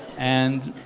and,